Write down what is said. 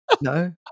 no